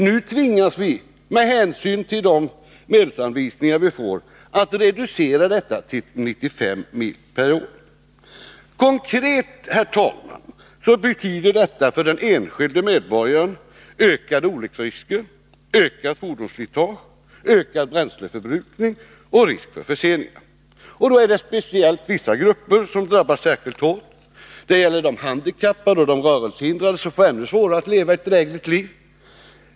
Nu tvingas man, med hänsyn till de medelsanvisningar man får, att reducera detta till 95 mil per år. Konkret, herr talman, betyder detta för den enskilde medborgaren ökade olycksrisker, ökat fordonsslitage, ökad bränsleföbrukning och risk för förseningar. Det är speciellt vissa grupper som drabbas särskilt hårt. Det gäller de handikappade, de rörelsehindrade, som får det ännu svårare att leva ett drägligt liv.